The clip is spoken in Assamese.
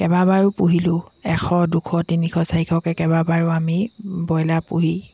কেইবাবাৰো পোহিলোঁ এশ দুশ তিনিশ চাৰিশকৈ কেইবাবাৰো আমি ব্ৰইলাৰ পুহি